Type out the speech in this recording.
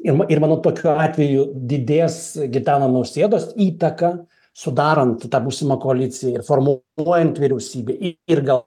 ima ir manau tokiu atveju didės gitano nausėdos įtaka sudarant tą būsimą koaliciją formuluojant vyriausybę ir gal